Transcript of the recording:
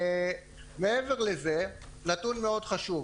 מעבר לזה, נתון מאוד חשוב.